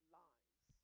lies